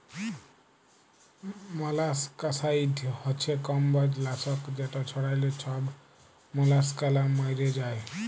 molluscicide হছে কমবজ লাসক যেট ছড়াল্যে ছব মলাসকালা ম্যইরে যায়